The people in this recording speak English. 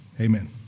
Amen